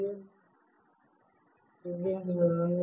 నన్ను చూపించనివ్వు